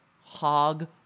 hog